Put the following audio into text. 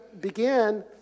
begin